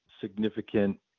significant